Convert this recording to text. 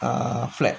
ah flat